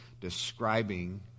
describing